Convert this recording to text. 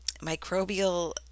microbial